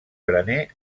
graner